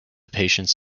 patients